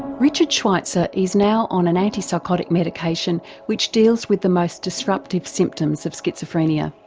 richard schweizer is now on an antipsychotic medication which deals with the most disruptive symptoms of schizophrenia.